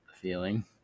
feeling